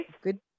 good